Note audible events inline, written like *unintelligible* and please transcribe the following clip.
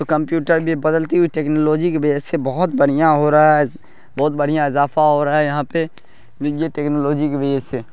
تو کمپیوٹر بھی بدلتی ہوئی ٹیکنالوجی کی وجہ سے بہت بڑھیاں ہو رہا ہے بہت بڑھیاں اضافہ ہو رہا ہے یہاں پہ *unintelligible* ٹیکنالوجی کی وجہ سے